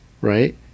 right